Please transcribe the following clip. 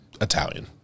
Italian